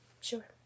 Sure